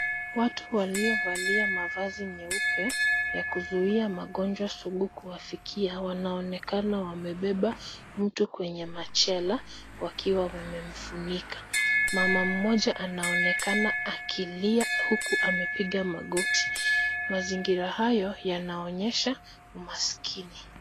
Watu waliovalia mavazi nyeupe ya kuzuia magonjwa sugu kuwafikia wanaonekana wamebeba mtu kwenye machela wakiwa wamemfunika. Mama mmoja anaonekana akilia huku amepiga magoti. Mazingira hayo yanaonyesha umaskini.